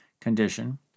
condition